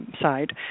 side